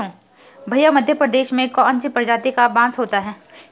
भैया मध्य प्रदेश में कौन सी प्रजाति का बांस होता है?